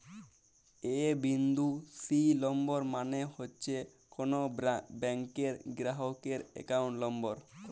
এ বিন্দু C number মালে হছে কল ব্যাংকের গেরাহকের একাউল্ট লম্বর